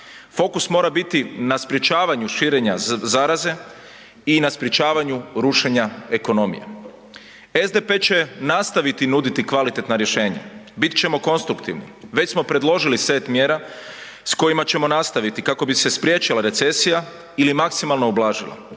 fokus mora biti na sprečavanju širenja zaraze i na sprečavanju rušenja ekonomije. SDP će nastaviti nuditi kvalitetna rješenja, bit ćemo konstruktivni. Već smo predložili set mjera s kojima ćemo nastaviti kako bi se spriječila recesija ili maksimalno ublažila